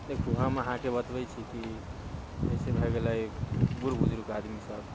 देखो हम अहाँकेँ बतबैत छी कि जैसे भए गेलै बुढ़ बुजुर्ग आदमी सब